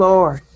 Lord